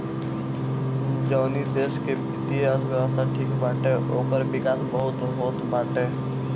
जवनी देस के वित्तीय अर्थव्यवस्था ठीक बाटे ओकर विकास बहुते होत बाटे